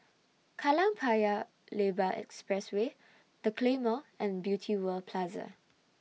Kallang Paya Lebar Expressway The Claymore and Beauty World Plaza